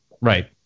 Right